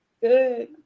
Good